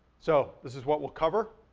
so, this is what we'll cover.